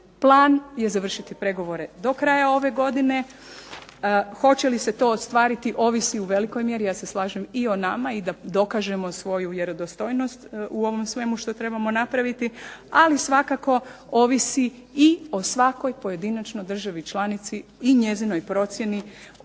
plan je završiti pregovore do kraja ove godine. hoće li se to ostvariti ovisi u velikoj mjeri ja se slažem i o nama i da dokažemo svoju vjerodostojnost u ovom svemu što trebamo napraviti, ali svakako ovisi i o svakoj pojedinačnoj državi članici i njezinoj procjeni